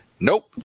Nope